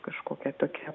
kažkokia tokia